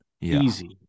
easy